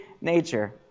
nature